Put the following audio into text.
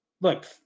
look